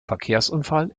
verkehrsunfall